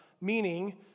meaning